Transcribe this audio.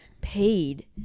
paid